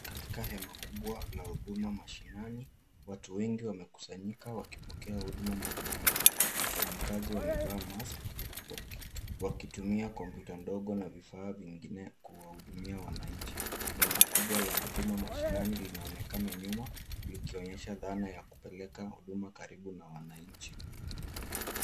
Katika hema kubwa la huduma mashinani watu wengi wamekusanyika wakipokea huduma mbalimbali. Wafanyikazi wamevaa [c]mask[c] wakitumia kompyuta ndogo na vifaa vingine kuwahudumia wananchi. Bango kubwa la Huduma Mashinani linaonekana nyuma likionyesha dhana ya kupeleka huduma karibu na wananchi.